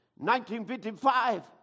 1955